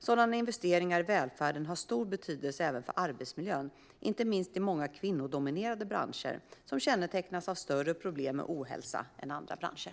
Sådana investeringar i välfärden har stor betydelse även för arbetsmiljön, inte minst i många kvinnodominerade branscher, som kännetecknas av större problem med ohälsa än andra branscher.